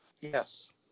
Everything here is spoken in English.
Yes